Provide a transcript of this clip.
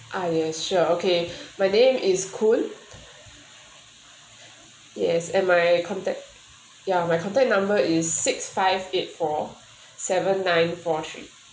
ah ya sure okay my name is koon yes am I contact ya my contact number is six five eight four seven nine four three